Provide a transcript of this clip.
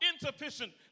insufficient